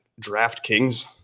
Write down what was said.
DraftKings